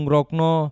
Rokno